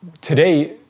Today